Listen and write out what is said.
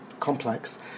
complex